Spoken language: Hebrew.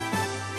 ואין